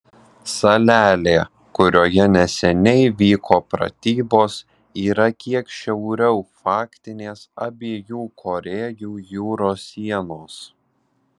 salelė kurioje neseniai vyko pratybos yra kiek šiauriau faktinės abiejų korėjų jūros sienos